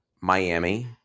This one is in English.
Miami